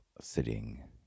sitting